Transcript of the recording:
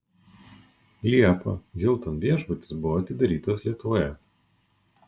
liepą hilton viešbutis buvo atidarytas lietuvoje